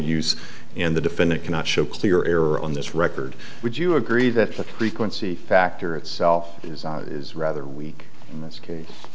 use and the defendant cannot show clear error on this record would you agree that frequency factor itself is rather weak in this